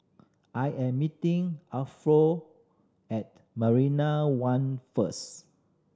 I am meeting at Marina One first